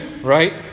right